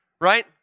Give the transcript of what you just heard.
right